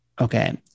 Okay